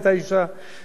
מדעניות נשים,